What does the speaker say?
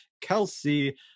Kelsey